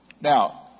Now